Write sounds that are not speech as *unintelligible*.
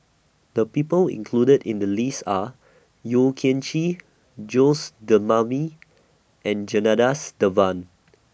The People included in The list Are Yeo Kian Chye Jose *unintelligible* and Janadas Devan